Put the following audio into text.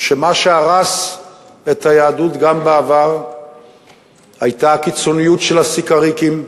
שמה שהרס את היהדות גם בעבר היתה הקיצוניות של הסיקריקים,